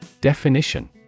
Definition